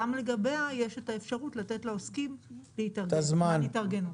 גם לגביה יש את האפשרות לתת לעוסקים זמן להתארגנות.